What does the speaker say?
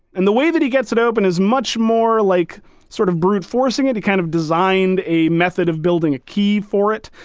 and the way that he gets it open is much more like sort of brute forcing it. he kind of designed a method of building a key for it.